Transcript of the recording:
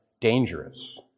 dangerous